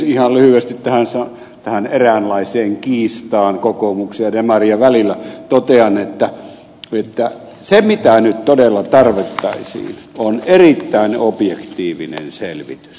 ihan lyhyesti tähän eräänlaiseen kiistaan kokoomuksen ja demareiden välillä totean että se mitä nyt todella tarvittaisiin on erittäin objektiivinen selvitys